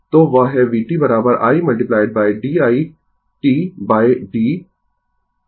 तो वह है vt l d i td id t